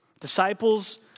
Disciples